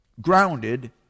grounded